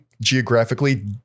geographically